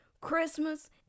Christmas